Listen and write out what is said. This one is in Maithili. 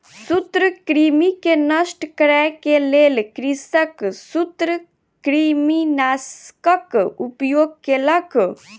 सूत्रकृमि के नष्ट करै के लेल कृषक सूत्रकृमिनाशकक उपयोग केलक